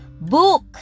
Book